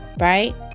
right